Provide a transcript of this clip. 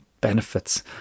benefits